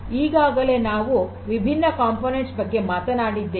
ಈಗಾಗಲೇ ನಾವು ವಿಭಿನ್ನ ಕಂಪೋನೆಂಟ್ಸ್ ಬಗ್ಗೆ ಮಾತನಾಡಿದ್ದೇವೆ